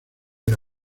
era